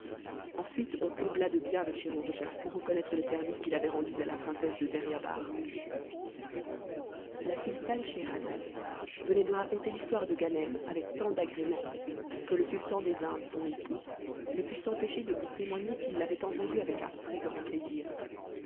ensuite on combla de biens le chirurgien pour reconnattre les services qu'il avait rendus à la princesse de deryabar la sultane scheherazade venait de raconter l'histoire de ganem avec tant d'agrément que le sultan des indes son époux ne put s'empêcher de lui témoigner qu'il l'avait entendue avec un très-grand plaisir